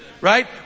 right